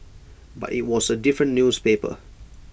but IT was A different newspaper